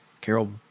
Carol